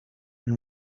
and